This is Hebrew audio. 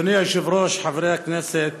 אדוני היושב-ראש, חברי הכנסת,